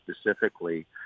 specifically